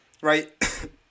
right